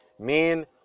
men